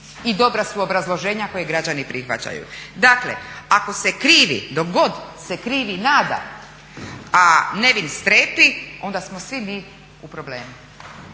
i dobra su obrazloženja koje građani prihvaćaju. Dakle, ako se krivi, dok god se krivi nada a nevin strepi onda smo svi mi u problemu.